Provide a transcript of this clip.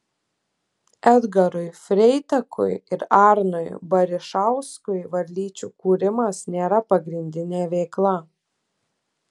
edgarui freitakui ir arnui barišauskui varlyčių kūrimas nėra pagrindinė veikla